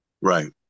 Right